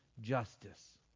justice